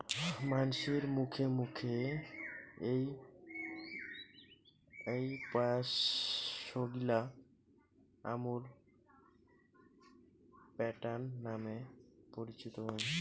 মানসির মুখে মুখে এ্যাই প্রয়াসগিলা আমুল প্যাটার্ন নামে পরিচিত হই